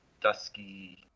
dusky